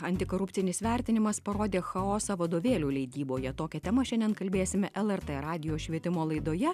antikorupcinis vertinimas parodė chaosą vadovėlių leidyboje tokia tema šiandien kalbėsime lrt radijo švietimo laidoje